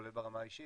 כולל ברמה האישית,